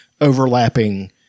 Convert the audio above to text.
overlapping